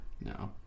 No